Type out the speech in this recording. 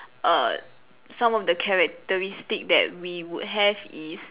err some of the characteristic that we would have is